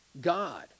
God